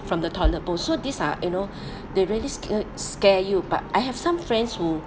from the toilet bowl so these are you know they really sca~ scare you but I have some friends who